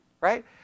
right